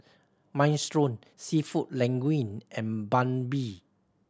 Minestrone Seafood Linguine and Banh Mi